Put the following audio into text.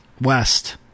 West